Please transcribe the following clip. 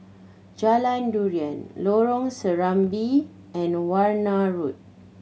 Jalan Durian Lorong Serambi and the Warna Road